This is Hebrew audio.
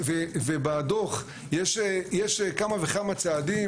ובדו"ח יש כמה וכמה צעדים,